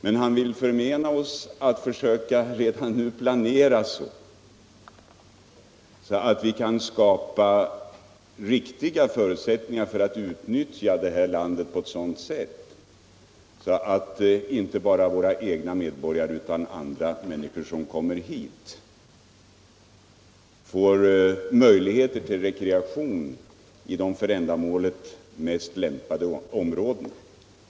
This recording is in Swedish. Men han vill förmena oss rätten att redan nu planera så att vi kan skapa riktiga förutsättningar för att utnyttja det här landet på eu sådant sätt att inte bara våra egna medborgare utan också människor som kommer hit får möjlighet till rekreation i de för ändamålet mest lämpade områdena.